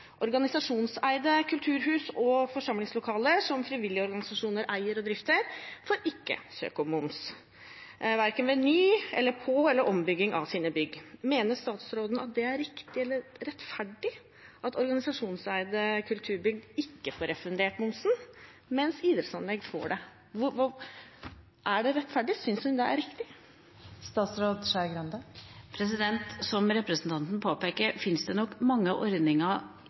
Organisasjonseide kulturhus og forsamlingslokaler som frivillige organisasjoner eier og drifter, får ikke søke om momskompensasjon verken ved ny-, på- eller ombygging av sine bygg. Mener statsråden at det er riktig eller rettferdig, at organisasjonseide kulturbygg ikke får refundert momsen, mens idrettsanlegg får det? Er det rettferdig – synes ministeren det er riktig? Som representanten påpeker, finnes det nok mange ordninger